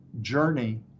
journey